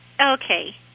Okay